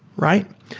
right?